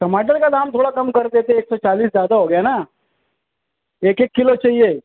ٹماٹر کا دام تھوڑا کم کر دیتے ایک سو چالیس زیادہ ہوگیا نا ایک ایک کلو چاہیے